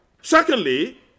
Secondly